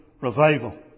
Revival